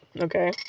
okay